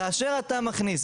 כאשר אתה מכניס,